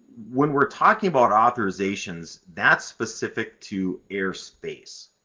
when we're talking about authorizations, that's specific to airspace.